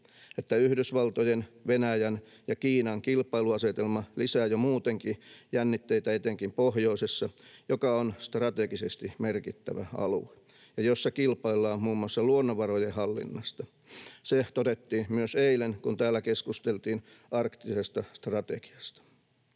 että Yhdysvaltojen, Venäjän ja Kiinan kilpailuasetelma lisää jo muutenkin jännitteitä etenkin pohjoisessa, joka on strategisesti merkittävä alue ja jossa kilpaillaan muun muassa luonnonvarojen hallinnasta. Se todettiin myös eilen, kun täällä keskusteltiin arktisesta strategiasta.